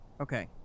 Okay